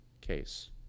case